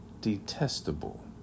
detestable